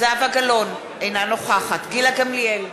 זהבה גלאון, אינה נוכחת גילה גמליאל,